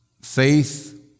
faith